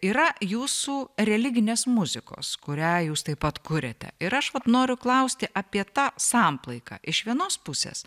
yra jūsų religinės muzikos kurią jūs taip pat kuriate ir aš noriu klausti apie tą samplaiką iš vienos pusės